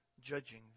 judging